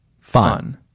Fun